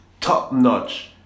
top-notch